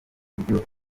buryo